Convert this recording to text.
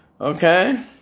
Okay